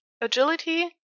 agility